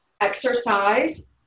exercise